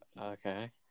Okay